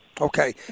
Okay